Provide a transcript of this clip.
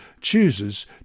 chooses